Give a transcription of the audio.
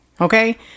Okay